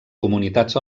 comunitats